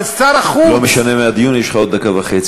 לא משנה על מי הדיון, יש לך עוד דקה וחצי.